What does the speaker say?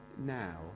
now